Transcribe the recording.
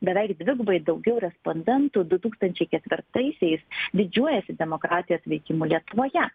beveik dvigubai daugiau respondentų du tūkstančiai ketvirtaisiais didžiuojasi demokratijos veikimu lietuvoje